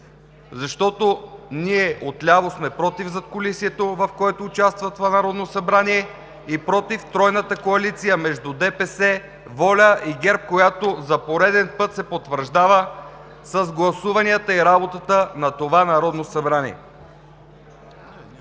защото ние отляво сме против задкулисието, в което участва това Народно събрание, против тройната коалиция между ДПС, ВОЛЯ и ГЕРБ, която за пореден път се потвърждава с гласуванията и работата на това Народно събрание.